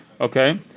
Okay